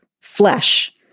flesh